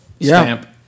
stamp